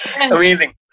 Amazing